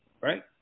right